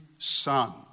Son